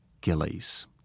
Gillies